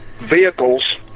vehicles